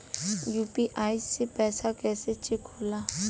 UPI से पैसा कैसे चेक होला?